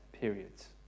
periods